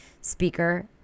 speaker